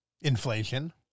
inflation